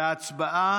לפיכך,